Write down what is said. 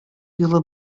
елы